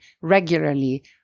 regularly